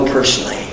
personally